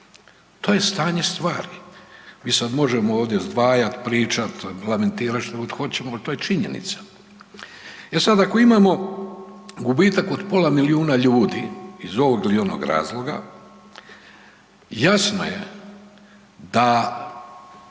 to je stanje stvari. Mi sad možemo ovdje zdvajat, pričat, lamentirat šta god hoćemo, al to je činjenica. E sad ako imamo gubitak od pola milijuna ljudi iz ovog ili onog razloga jasno je da